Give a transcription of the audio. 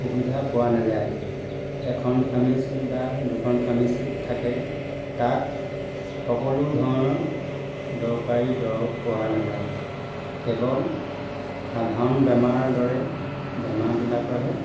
সুবিধা পোৱা নাযায় এখন ফাৰ্মাচি বা দুখন ফাৰ্মাচি থাকে তাত সকলো ধৰণৰ দৰকাৰী দৰৱ পোৱা নাযায় কেৱল সাধাৰণ বেমাৰ দৰে বেমাৰবিলাকৰহে